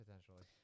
potentially